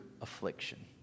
affliction